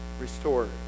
restore